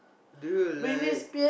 do you like